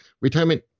retirement